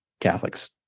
Catholics